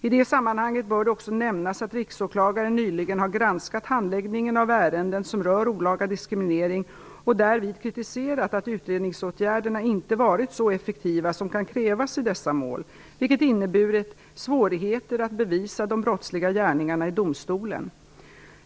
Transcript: I det sammanhanget bör det också nämnas att riksåklagaren nyligen har granskat handläggningen av ärenden som rör olaga diskriminering och därvid kritiserat att utredningsåtgärderna inte har varit så effektiva som kan krävas i dessa mål, vilket inneburit svårigheter att bevisa de brottsliga gärningarna i domstolen.